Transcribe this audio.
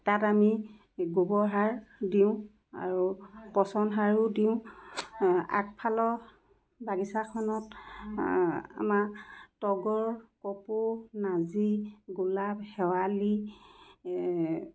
তাত আমি গোবৰ সাৰ দিওঁ আৰু পচন সাৰো দিওঁ আগফালৰ বাগিচাখনত আমাৰ তগৰ কপৌ নাজি গোলাপ শেৱালি